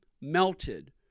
melted